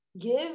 give